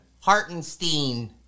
Hartenstein